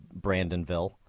Brandonville